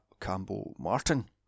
Campbell-Martin